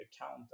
account